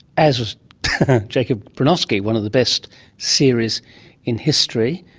as was jacob bronowski, one of the best series in history,